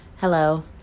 hello